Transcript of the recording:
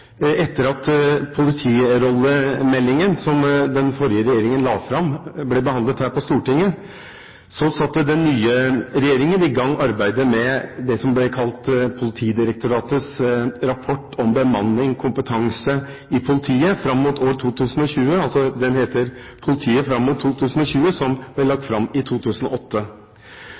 Etter at politirollemeldingen, som den forrige regjeringen la fram, ble behandlet her på Stortinget, satte den nye regjeringen i gang arbeidet med det som ble kalt Politidirektoratets rapport om bemanning og kompetanse i politiet fram mot 2020. Den het Politiet mot 2020, ble lagt fram i 2008,